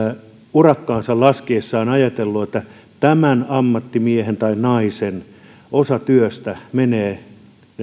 urakkaansa laskiessaan ajatellut että osa tämän ammattimiehen tai naisen työstä menee jonkun opiskelijan